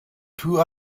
two